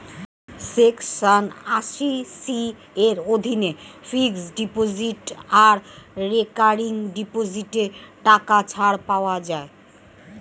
section আশি C এর অধীনে ফিক্সড ডিপোজিট আর রেকারিং ডিপোজিটে টাকা ছাড় পাওয়া যায়